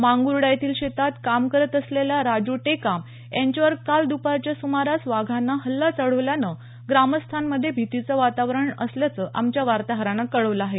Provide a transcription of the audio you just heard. मांगूर्डा येथील शेतात काम करत असलेल्या राजू टेकाम यांच्यावर काल दपारच्या सुमारास वाघानं हल्ला चढविल्यानं ग्रामस्थांमध्ये भीतीचं वातावरण असल्याचं आमच्या वार्ताहरानं कळवलं आहे